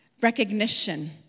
Recognition